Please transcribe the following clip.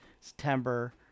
September